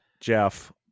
Jeff